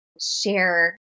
share